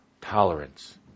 tolerance –